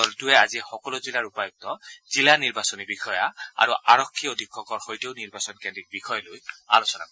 আয়োগৰ দলটোৱে আজি সকলো জিলাৰ উপায়ুক্ত জিলা নিৰ্বাচনী বিষয়া আৰু আৰক্ষী অধীক্ষকৰ সৈতেও নিৰ্বাচনকেন্দ্ৰিক বিষয় লৈ আলোচনা কৰিব